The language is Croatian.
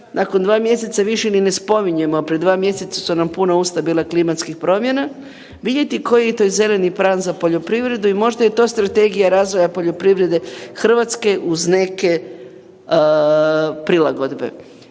nakon 2 mjeseca više ni se spominjemo, a prije 2 mjeseca su nam puna usta bila klimatskih promjena, vidjeti koji je to zeleni prag za poljoprivredu i možda je to strategija razvoja poljoprivrede Hrvatske uz neke prilagodbe.